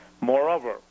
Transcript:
Moreover